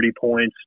points